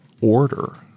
order